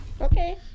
Okay